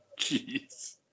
Jeez